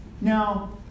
Now